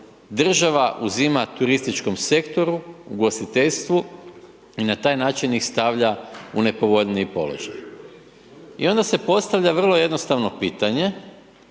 država uzima turističkom sektoru, ugostiteljstvu, i na taj način ih stavlja u nepovoljniji položaj. I onda se postavlja vrlo jednostavno pitanje